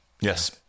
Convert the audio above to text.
Yes